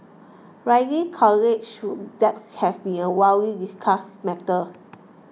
rising college debt has been a widely discussed matter